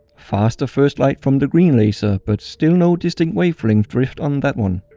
faster first light from the green laser but still no distinct wavelength drift on that one.